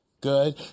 Good